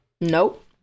Nope